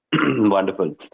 wonderful